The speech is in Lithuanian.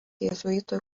jėzuitų